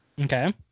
Okay